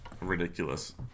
Ridiculous